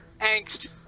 angst